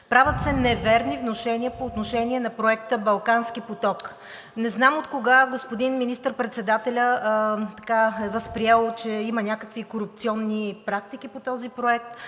Правят се неверни внушения по отношение на проекта Балкански поток. Не знам откога господин министър-председателят е възприел, че има някакви корупционни практики по този проект,